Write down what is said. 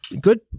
good